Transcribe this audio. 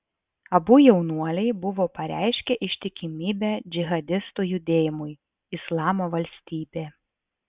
abu jaunuoliai buvo pareiškę ištikimybę džihadistų judėjimui islamo valstybė